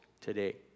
today